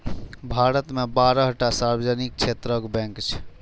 भारत मे बारह टा सार्वजनिक क्षेत्रक बैंक छै